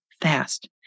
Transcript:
fast